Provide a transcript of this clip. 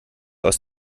aus